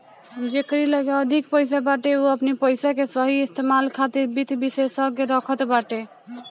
जेकरी लगे अधिक पईसा बाटे उ अपनी पईसा के सही इस्तेमाल खातिर वित्त विशेषज्ञ रखत बाटे